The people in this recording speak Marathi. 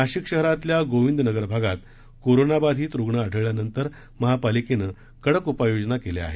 नाशिक शहरातच्या गोविंद नगर भागात कोरोनाबाधित रुग्ण आढळल्यानंतर महापालिकेनं कडक उपाययोजना सुरू केल्या आहेत